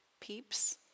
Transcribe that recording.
peeps